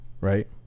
right